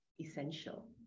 essential